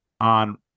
on